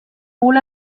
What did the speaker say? wohl